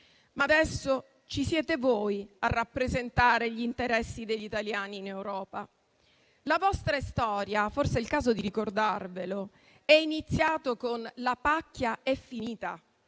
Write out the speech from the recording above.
però, ci siete voi a rappresentare gli interessi degli italiani in Europa. La vostra storia - forse è il caso di ricordarvelo - è iniziata con "la pacchia è finita",